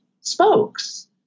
spokes